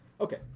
Okay